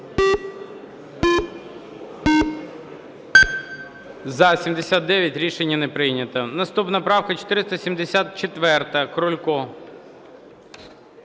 За-83 Рішення не прийнято. Наступна правка 498, Крулько.